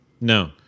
No